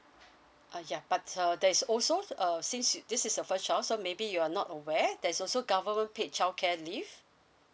uh yeah but uh there's also uh since you this is your first child so maybe you're not aware there's also government paid childcare leave